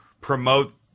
promote